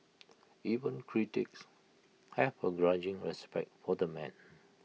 even critics have A grudging respect for the man